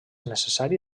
necessari